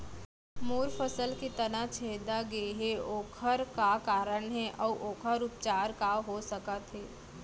मोर फसल के तना छेदा गेहे ओखर का कारण हे अऊ ओखर उपचार का हो सकत हे?